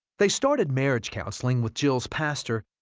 they started marriage counseling with jills pastor.